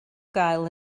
gael